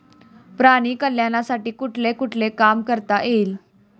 प्राणी कल्याणासाठी कुठले कुठले काम करता येईल?